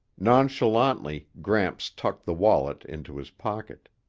nonchalantly gramps tucked the wallet into his pocket.